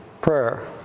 prayer